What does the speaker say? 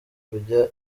kujya